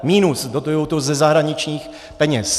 Minus, dotují to ze zahraničních peněz.